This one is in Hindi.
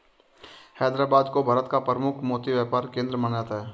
हैदराबाद को भारत का प्रमुख मोती व्यापार केंद्र माना जाता है